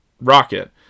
Rocket